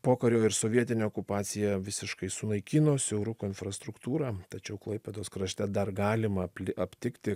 pokario ir sovietinė okupacija visiškai sunaikino siauruko infrastruktūrą tačiau klaipėdos krašte dar galima aptikti